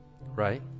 Right